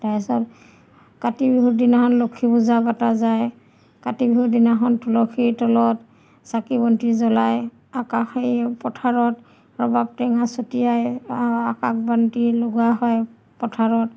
তাৰপিছত কাতি বিহুৰ দিনাখন লক্ষী পূজা পতা যায় কাতি বিহুৰ দিনাখন তুলসীৰ তলত চাকি বন্তি জ্বলাই আকাশ সেই পথাৰত ৰবাব টেঙা চটিয়াই আকাশ বন্তি লগোৱা হয় পথাৰত